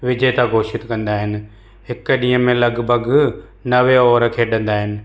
विजेता घोषित कंदा आहिनि हिकु ॾींहं में लॻभॻि नवे ऑवर खे खेॾंदा आहिनि